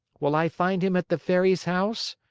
will i find him at the fairy's house?